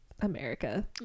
america